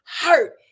Hurt